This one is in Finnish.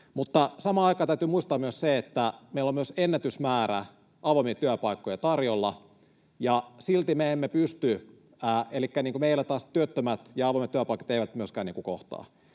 Mutta samaan aikaan täytyy muistaa myös se, että meillä on myös ennätysmäärä avoimia työpaikkoja tarjolla ja meillä työttömät ja avoimet työpaikat eivät kohtaa.